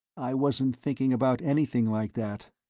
i wasn't thinking about anything like that,